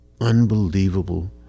Unbelievable